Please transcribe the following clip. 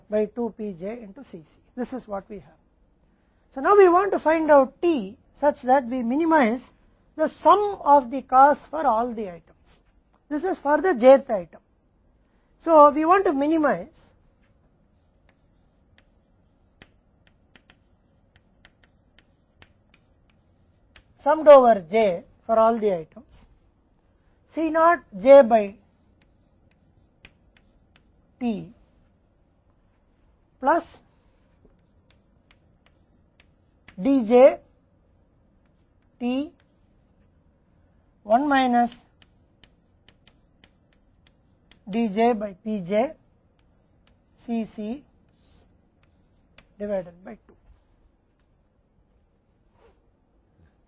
अब हम T का पता लगाना चाहते हैं ताकि हम सभी वस्तुओं के लिए लागत की राशि को कम कर दें यह j th आइटम के लिए है इसलिए हम सभी वस्तुओं के लिए j को संक्षेप में कम से कम करना चाहते हैं C naught j द्वारा T plus D jt 1 minus D j द्वारा P j C c को 2 से विभाजित किया गया है